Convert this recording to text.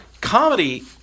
comedy